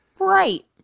right